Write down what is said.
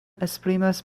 esprimas